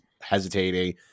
hesitating